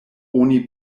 oni